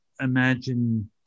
imagine